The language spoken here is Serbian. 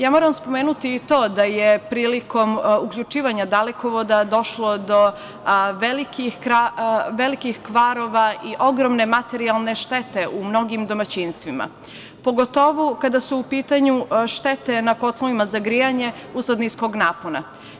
Ja moram spomenuti i to da je prilikom uključivanja dalekovoda došlo do velikih kvarova i ogromne materijalne štete u mnogim domaćinstvima, pogotovo kada su u pitanju štete na kotlovima za grejanje usled niskog napona.